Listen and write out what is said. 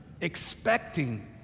expecting